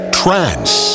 trance